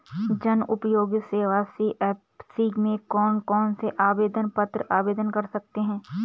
जनउपयोगी सेवा सी.एस.सी में कौन कौनसे आवेदन पत्र आवेदन कर सकते हैं?